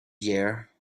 year